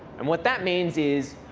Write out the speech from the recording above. and what that means is,